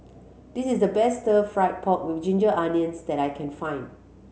this is the best Stir Fried Pork With Ginger Onions that I can find